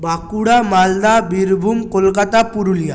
Bankura Malda Birbhum Kolkata Purulia